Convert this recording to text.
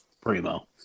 primo